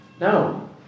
No